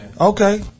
Okay